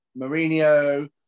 Mourinho